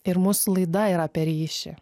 ir mūsų laida yra apie ryšį